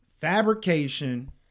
fabrication